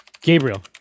Gabriel